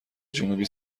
جنوبی